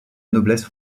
noblesse